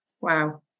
wow